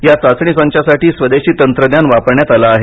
या चाचणी संचासाठी स्वदेशी तंत्रज्ञान वापरण्यात आलं आहे